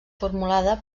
formulada